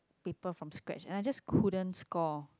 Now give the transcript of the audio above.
paper from scratch and I just couldn't score